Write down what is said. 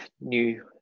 new